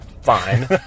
fine